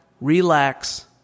relax